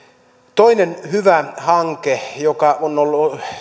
toinen hyvä hanke joka on ollut